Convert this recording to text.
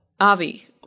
Avi